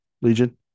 legion